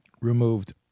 removed